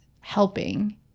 helping